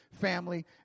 family